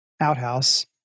Outhouse